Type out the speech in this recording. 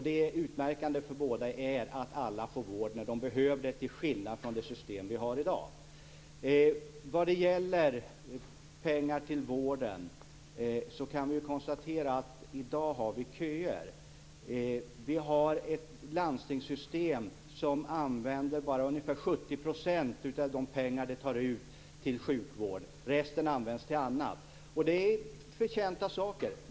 Det utmärkande för båda är att alla får vård när de behöver det till skillnad för det system som vi har i dag. Vad gäller pengar till vården kan vi konstatera att vi i dag har köer. Vi har ett landstingssystem som använder bara ungefär 70 % av de pengar man tar ut till sjukvård. Resten används till annat, och det är förtjänta saker.